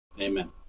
Amen